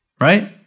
right